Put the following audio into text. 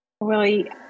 Willie